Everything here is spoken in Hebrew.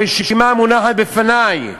הרשימה מונחת בפני.